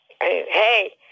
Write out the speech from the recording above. Hey